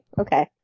okay